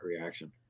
reaction